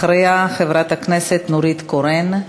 אחריה, חברת הכנסת נורית קורן.